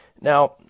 Now